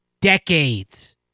decades